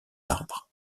arbres